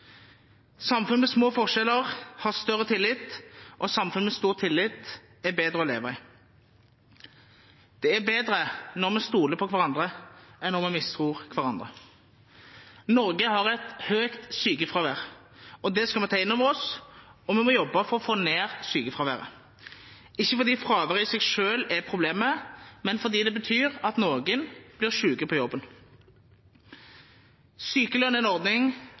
Samfunn med små forskjeller har større tillit, og samfunn med stor tillit er bedre å leve i. Det er bedre når vi stoler på hverandre enn når vi mistror hverandre. Norge har et høyt sykefravær, det skal vi ta inn over oss, og vi må jobbe for å få ned sykefraværet – ikke fordi fraværet i seg selv er problemet, men fordi det betyr at noen blir syke på jobben. Sykelønn